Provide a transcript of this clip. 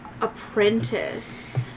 apprentice